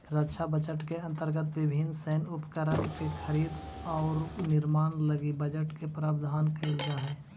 रक्षा बजट के अंतर्गत विभिन्न सैन्य उपकरण के खरीद औउर निर्माण लगी बजट के प्रावधान कईल जाऽ हई